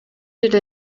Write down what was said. эле